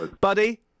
Buddy